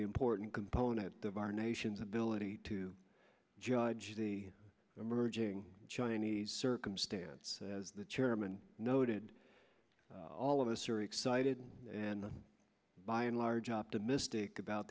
important component of our nation's ability to judge the emerging chinese circumstance as the chairman noted all of us are excited and by and large optimistic about